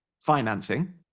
financing